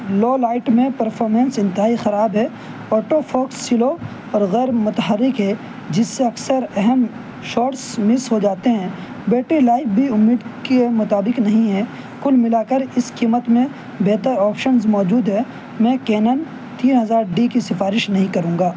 لو light میں performance انتہائی خراب ہے آٹو فوکس لو اور غیر متحرک ہے جس سے اکثر اہم شاٹس مس ہو جاتے ہیں بیٹری لائف بھی امید کے مطابق نہیں ہے کل ملا کر اس قیمت میں بہتر آپشنز موجود ہیں میں کینن تین ہزار ڈی کی سفارش نہیں کروں گا